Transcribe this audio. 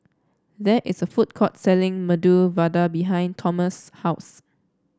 there is a food court selling Medu Vada behind Tomas' house